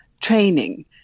training